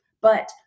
but-